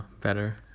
better